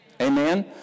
Amen